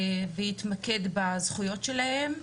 ונתמקד בזכויות שלהם.